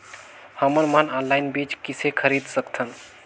हमन मन ऑनलाइन बीज किसे खरीद सकथन?